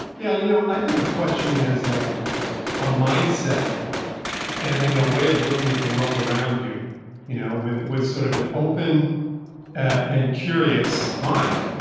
yeah, you know i think of questioning as um a mindset and a way of looking at the world around you you know with with sort of an open and curious mind.